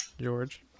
George